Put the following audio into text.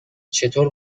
چطور